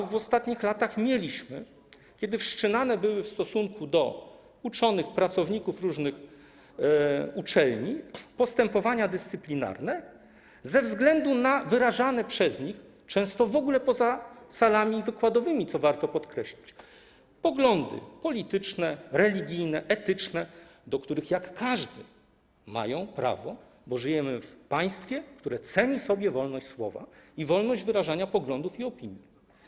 W ostatnich latach mieliśmy kilka takich przykładów, kiedy wszczynane były w stosunku do uczonych pracowników różnych uczelni postępowania dyscyplinarne ze względu na wyrażane przez nich, często poza salami wykładowymi, co warto podkreślić, poglądy polityczne, religijne, etyczne, do których, jak każdy, mają prawo, bo żyjemy w państwie, które ceni sobie wolność słowa i wolność wyrażania poglądów i opinii.